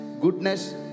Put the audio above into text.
goodness